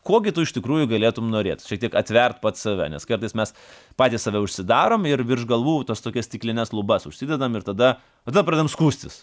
ko gi tu iš tikrųjų galėtum norėt tik atvert pats save nes kartais mes patys save užsidarom ir virš galvų tas tokias stiklines lubas užsidedam ir tada tada pradedam skųstis